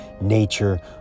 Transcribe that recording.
nature